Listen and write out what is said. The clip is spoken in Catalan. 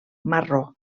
marró